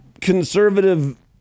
conservative